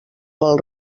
pel